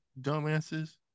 dumbasses